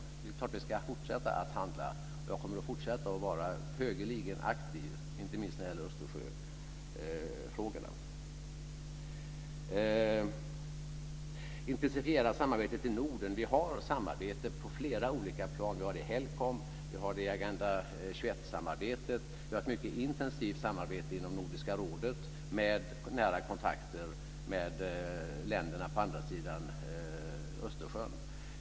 Det är klart att vi ska fortsätta att handla och jag kommer att fortsätta att vara högeligen aktiv, inte minst när det gäller Angående ett intensifierat samarbete i Norden har vi samarbete på flera olika plan. Vi har det i HEL COM och i Agenda 21-samarbetet. Vi har ett mycket intensivt samarbete inom Nordiska rådet med nära kontakter med länderna på andra sidan Östersjön.